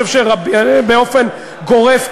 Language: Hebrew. אני חושב שבאופן גורף,